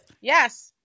yes